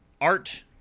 Art